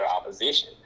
opposition